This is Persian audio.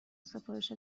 سفارش